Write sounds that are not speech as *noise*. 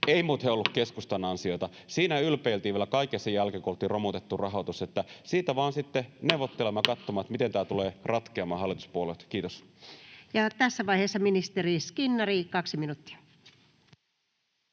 Ei muuten ollut keskustan ansiota. *noise* Siinä ylpeiltiin vielä kaiken sen jälkeen, kun oltiin romutettu rahoitus. *noise* Siitä vain sitten neuvottelemaan ja katsomaan, miten tämä tulee ratkeamaan, hallituspuolueet. — Kiitos. Tässä vaiheessa ministeri Skinnari, 2 minuuttia.